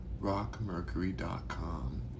rockmercury.com